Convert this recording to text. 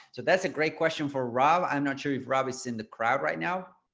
so that's a great question for rob. i'm not sure if rob is in the crowd right now.